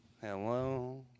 Hello